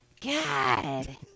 God